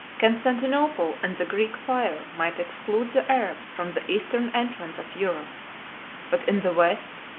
constantinople and the greek fire might exclude the arabs from the eastern entrance of europe but in the west,